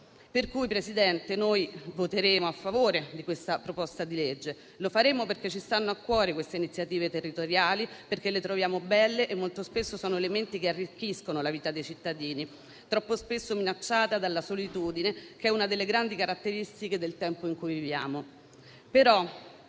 Per cui, signora Presidente, noi voteremo a favore di questa proposta di legge. E lo faremo perché ci stanno a cuore queste iniziative territoriali, perché le troviamo belle e molto spesso sono elementi che arricchiscono la vita dei cittadini, troppo spesso minacciata dalla solitudine, che è una delle grandi caratteristiche del tempo in cui viviamo.